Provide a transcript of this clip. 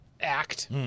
act